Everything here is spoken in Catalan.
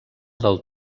del